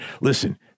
listen